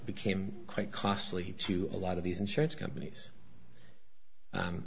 became quite costly to a lot of these insurance companies